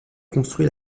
construit